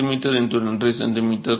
5 cm x 2